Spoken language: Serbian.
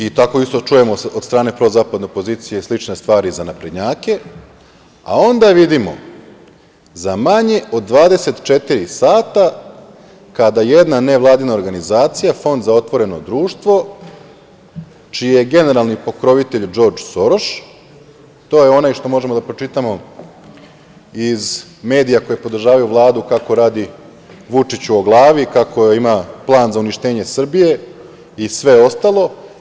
I tako isto čujemo od strane prozapadne opozicije i slične stvari za naprednjake, a onda vidimo za manje od 24 sata, kada jedna nevladina organizacija Fond za otvoreno društvo, čiji je generalni pokrovitelj Džordž Soroš, to je onaj što možemo da pročitamo iz medija koje podržavaju Vlado kako radi Vučiću o glavi, kako ima plan za uništenje Srbije i sve ostalo.